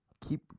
Keep